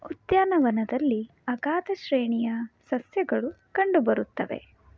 ಉದ್ಯಾನವನದಲ್ಲಿ ಅಗಾಧ ಶ್ರೇಣಿಯ ಸಸ್ಯಗಳು ಕಂಡುಬರುತ್ತವೆ